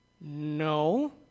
No